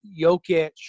Jokic